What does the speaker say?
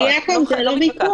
אבל, יעקב, זה לא ויכוח.